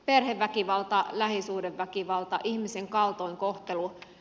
perheväkivalta lähisuhdeväkivalta ihmisen kaltoinkohtelu